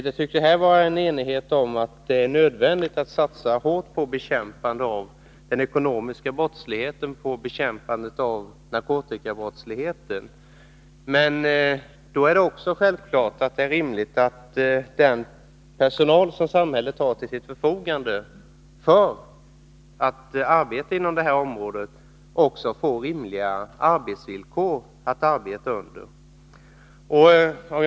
Det tycks råda enighet om att det är nödvändigt att satsa på bekämpandet av den ekonomiska brottsligheten och av narkotikabrottsligheten, men det är naturligtvis då rimligt att den personal som samhället har till sitt förfogande för arbetet inom det här området får arbeta under acceptabla villkor.